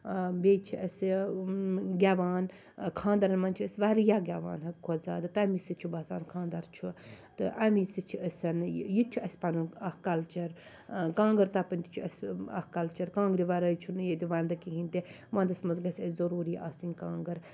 بیٚیہِ چھِ اَسہِ گیٚوان خانٛدرَن مَنٛز چھِ أسۍ واریاہ گیٚوان حَد کھۄتہٕ زیادٕ تمے سۭتۍ چھُ باسان خانٛدَر چھُ تہٕ امے سۭتۍ چھِ أسٮ۪ن یِتہِ چھُ اَسہِ پَنُن اکھ کَلچَر کانٛگٕر تَپٕنۍ تہِ چھُ اَسہِ اکھ کَلچَر کانٛگرٕ وَرٲے چھُ نہٕ ییٚتہِ وَنٛدٕ کِہیٖنۍ تہِ وَنٛدَس مَنٛز گَژھِ اَسہِ ضروٗری آسٕنۍ کانٛگٕر